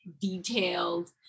detailed